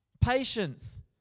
Patience